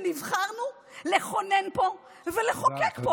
נבחרנו לכונן פה ולחוקק פה,